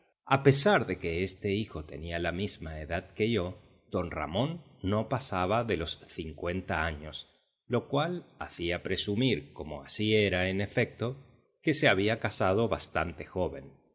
a pesar de que este hijo tenía la misma edad que yo d ramón no pasaba de los cincuenta años lo cual hacía presumir como así era en efecto que se había casado bastante joven